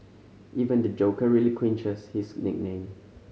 even the Joker relinquishes his nickname